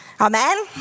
Amen